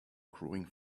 growing